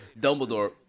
Dumbledore